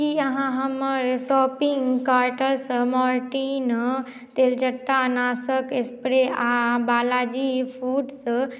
की अहाँ हमर शॉपिंग कार्टसँ मॉर्टीन तेलचट्टा नाशक स्प्रे आ बालाजी फूड्स